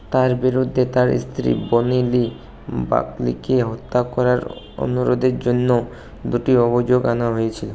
তার বিরুদ্ধে তার স্ত্রী বনি লি বাকলিকে হত্যা করার অনুরোধের জন্যও দুটি অভিযোগ আনা হয়েছিল